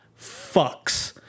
fucks